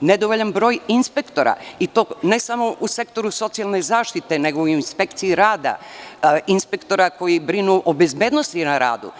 nedovoljan broj inspektora i to ne samo u sektoru socijalne zaštite, nego i u inspekciji rada, inspektora koji brinu o bezbednosti na radu.